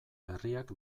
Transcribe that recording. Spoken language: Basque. berriak